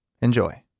Enjoy